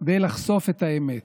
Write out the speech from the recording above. כדי לחשוף את האמת.